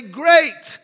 great